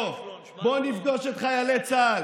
בוא, בוא נפגוש את חיילי צה"ל.